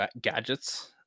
gadgets